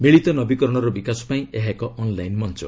ମିଳିତ ନବିକରଣର ବିକାଶ ପାଇଁ ଏହା ଏକ ଅନ୍ଲାଇନ୍ ମଞ୍ଚ